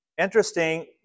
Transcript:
Interesting